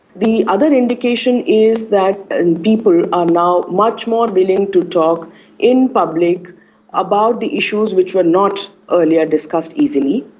the other indication is that and people are um now much more willing to talk in public about the issues which were not earlier discussed easily.